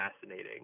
fascinating